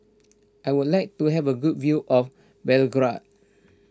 I would like to have a good view of Belgrade